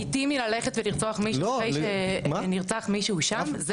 זה לגיטימי ללכת ולרצוח מישהו מפני שנרצח מישהו שם?